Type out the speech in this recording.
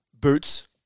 boots